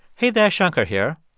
hey, there. shankar here.